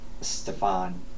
Stefan